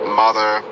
mother